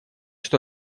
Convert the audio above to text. что